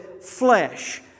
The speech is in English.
flesh